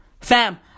Fam